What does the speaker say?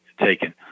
taken